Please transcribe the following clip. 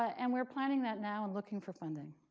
ah and we're planning that now and looking for funding.